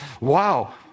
Wow